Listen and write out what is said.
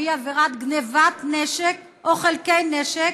והיא עבירת גנבת נשק או חלקי נשק,